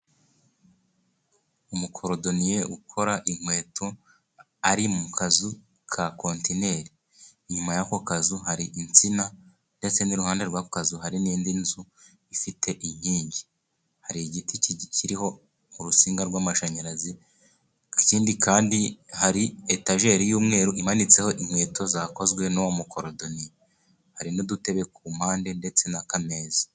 Umukorodoniye ukora inkweto, ari mu kazu ka kontineri inyuma y'ako kazu hari insina, ndetse n'iruhande rw'aka kazu hari n'indi nzu ifite inkingi, hari igiti kikiriho urusinga rw'amashanyarazi. Ikindi kandi hari etajeri y'umweru, imanitseho inkweto zakozwe n'uwo mukorodoniye. hari n'udutebe ku mpande, ndetse na ka meza.